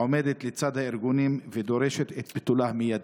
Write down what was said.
עומדת לצד הארגונים ודורשת את ביטולה המיידי.